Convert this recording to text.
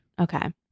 Okay